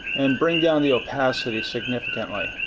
and bring down the opacity significantly.